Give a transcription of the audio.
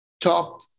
top